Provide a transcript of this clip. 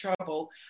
trouble